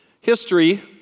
History